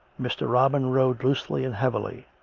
mr. robin rode loosely and heavily.